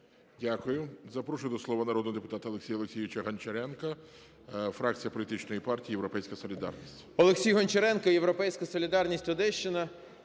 Дякую. Запрошую до слова народного депутата Олексія Олексійовича Гончаренка, фракція політичної партії "Європейська солідарність".